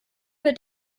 wird